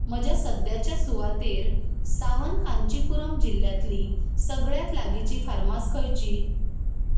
म्हज्या सद्याच्या सुवातेर सावन कांचिपुरम जिल्ल्यांतली सगळ्यांत लागींची फार्मास खंयची